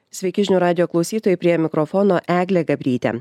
sveiki žinių radijo klausytojai prie mikrofono eglė gabrytė